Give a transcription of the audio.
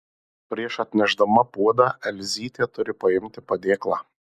prieš atnešdama puodą elzytė turi paimti padėklą